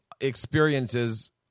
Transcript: experiences